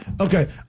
okay